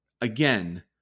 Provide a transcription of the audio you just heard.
Again